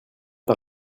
par